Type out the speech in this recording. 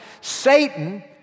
Satan